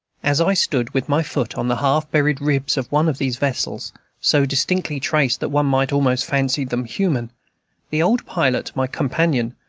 as i stood with my foot on the half-buried ribs of one of these vessels so distinctly traced that one might almost fancy them human the old pilot, my companion,